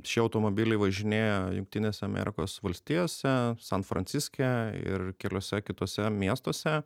šie automobiliai važinėja jungtinėse amerikos valstijose san franciske ir keliuose kituose miestuose